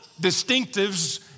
distinctives